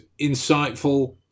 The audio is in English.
insightful